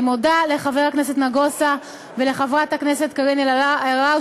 אני מודה לחבר הכנסת נגוסה ולחברת הכנסת קארין אלהרר,